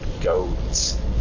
goats